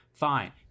fine